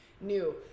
new